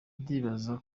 ndibaza